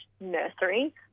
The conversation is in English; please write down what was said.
nursery